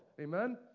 Amen